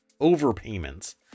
overpayments